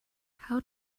how